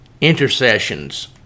intercessions